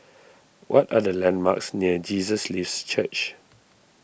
what are the landmarks near Jesus Lives Church